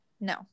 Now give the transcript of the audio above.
no